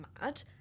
mad